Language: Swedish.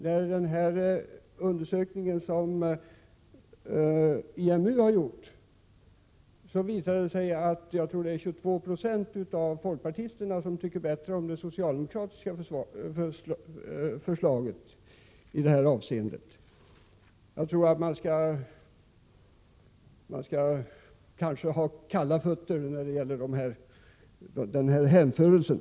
Enligt den omfattande undersökning som IMU har gjort visar det sig att 22 9e, tror jag det är, av folkpartisterna tycker bättre om det socialdemokratiska förslaget i detta avseende. Jag tror att man kanske skall ha kalla fötter när det gäller den här hänförelsen.